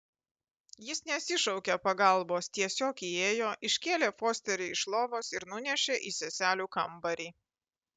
jis nesišaukė pagalbos tiesiog įėjo iškėlė fosterį iš lovos ir nunešė į seselių kambarį